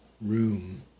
room